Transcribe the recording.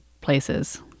places